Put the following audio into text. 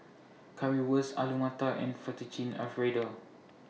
Currywurst Alu Matar and Fettuccine Alfredo